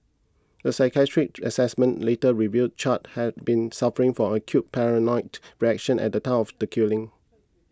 a psychiatric assessment later revealed Char had been suffering from acute paranoid reaction at the time of the killing